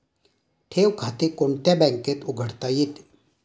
ठेव खाते कोणत्या बँकेत उघडता येते?